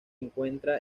encuentra